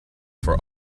for